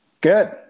Good